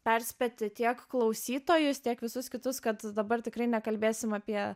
perspėti tiek klausytojus tiek visus kitus kad dabar tikrai nekalbėsim apie